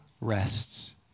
rests